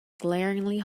glaringly